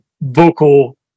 vocal